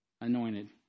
anointed